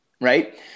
Right